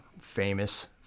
famous